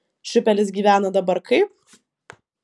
šiupelis gyvena dabar kaip